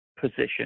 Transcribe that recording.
position